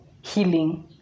healing